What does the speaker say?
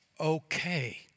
okay